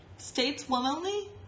Stateswomanly